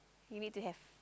you need to have